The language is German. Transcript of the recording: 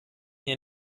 hier